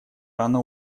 рано